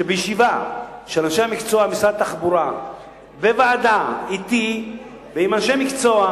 שבישיבה של אנשי המקצוע ומשרד התחבורה וועדה אתי ועם אנשי מקצוע,